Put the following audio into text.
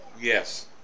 Yes